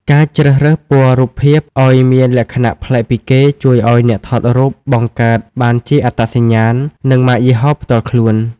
ការជ្រើសរើសពណ៌រូបភាព ឱ្យមានលក្ខណៈប្លែកពីគេ ជួយឱ្យអ្នកថតរូបបង្កើតបានជាអត្តសញ្ញាណ និងម៉ាកយីហោផ្ទាល់ខ្លួន។